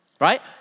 right